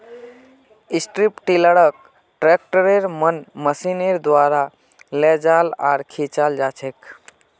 strip टीलारक ट्रैक्टरेर मन मशीनेर द्वारा लेजाल आर खींचाल जाछेक